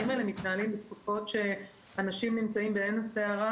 האלה מתנהלים בתקופות שאנשים נמצאים בעין הסערה,